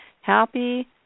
happy